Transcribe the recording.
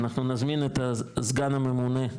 אנחנו נזמין את הסגן הממונה,